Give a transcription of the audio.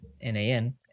N-A-N